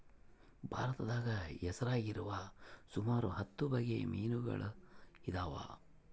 ಭಾರತದಾಗ ಹೆಸರಾಗಿರುವ ಸುಮಾರು ಹತ್ತು ಬಗೆ ಮೀನುಗಳಿದವ